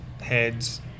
heads